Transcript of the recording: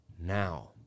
now